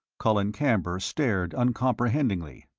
colin camber stared uncomprehendingly.